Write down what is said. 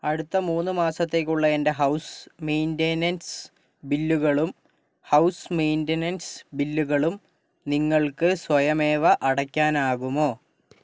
അടുത്ത മൂന്ന് മാസത്തേക്കുള്ള എൻ്റെ ഹൗസ് മെയിൻ്റെനൻസ് ബില്ലുകളും ഹൗസ് മെയിൻ്റെനൻസ് ബില്ലുകളും നിങ്ങൾക്ക് സ്വയമേവ അടയ്ക്കാനാകുമോ